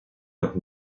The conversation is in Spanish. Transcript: los